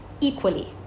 equally